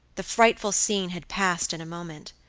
the frightful scene had passed in a moment.